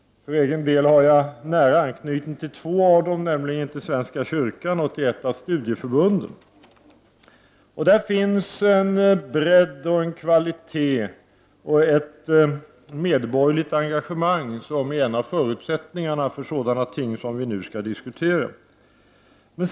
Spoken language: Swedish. För egen del har jag nära anknytning till två av dem, nämligen svenska kyrkan och ett av studieförbunden. Där finns en bredd, en kvalitet och ett medborgerligt engagemang som är en av förutsättningarna för sådana ting som vi nu skall diskutera.